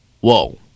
whoa